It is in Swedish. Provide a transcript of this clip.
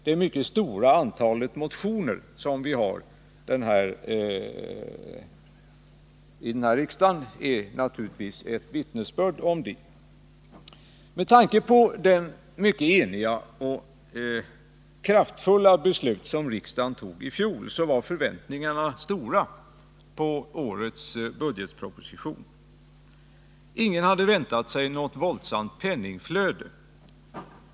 Det mycket stora antalet motioner till det här riksmötet är naturligtvis ett vittnesbörd om det. Med tanke på det eniga och kraftfulla beslut riksdagen fattade i fjol, var förväntningarna stora inför årets budgetproposition. Ingen hade väntat sig något våldsamt penningflöde.